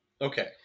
Okay